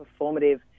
performative